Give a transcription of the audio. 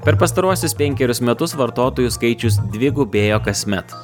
per pastaruosius penkerius metus vartotojų skaičius dvigubėjo kasmet